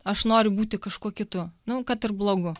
aš noriu būti kažkuo kitu nu kad ir blogu